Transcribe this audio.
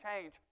change